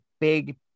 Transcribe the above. big